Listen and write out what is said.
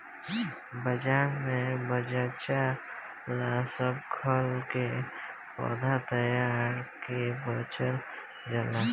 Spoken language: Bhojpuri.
बाजार में बगएचा ला सब खल के पौधा तैयार क के बेचल जाला